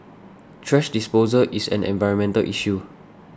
thrash disposal is an environmental issue